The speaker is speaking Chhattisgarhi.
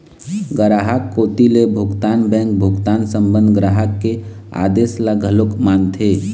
गराहक कोती ले भुगतान बेंक भुगतान संबंध ग्राहक के आदेस ल घलोक मानथे